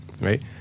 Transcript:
right